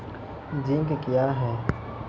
Zinc क्या हैं?